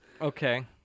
Okay